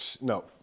no